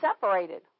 separated